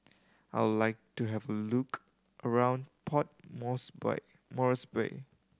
I would like to have a look around Port Moresby